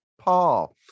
Paul